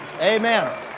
Amen